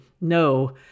no